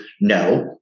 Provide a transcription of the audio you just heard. no